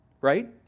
right